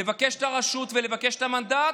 לבקש את הרשות ולבקש את המנדט,